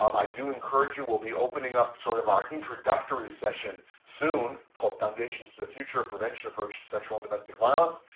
um i do encourage you, we'll be opening up, sort of, our introductory session soon called foundations to the future of prevention approach to sexual and domestic violence.